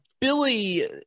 Billy